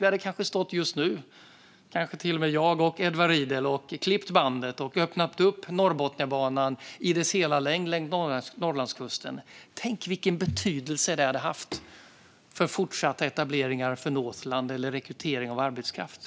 Vi hade kanske stått just nu - kanske till och med jag och Edward Riedl - och klippt bandet och öppnat Norrbotniabanan i dess hela längd längs Norrlandskusten. Tänk vilken betydelse det hade haft för fortsatta etableringar för Northland eller rekrytering av arbetskraft.